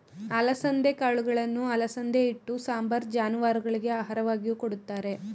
ಅಲಸಂದೆ ಕಾಳುಗಳನ್ನು ಅಲಸಂದೆ ಹಿಟ್ಟು, ಸಾಂಬಾರ್, ಜಾನುವಾರುಗಳಿಗೆ ಆಹಾರವಾಗಿಯೂ ಕೊಡುತ್ತಾರೆ